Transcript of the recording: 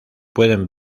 pueden